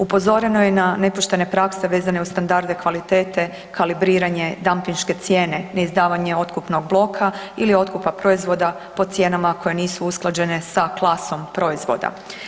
Upozoreno je na nepoštene prakse vezane uz standarde kvalitete, kalibriranje, dampinške cijene, neizdavanje otkupnog bloka ili otkupa proizvoda po cijenama koje nisu usklađene sa klasom proizvoda.